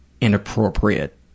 inappropriate